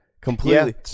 Completely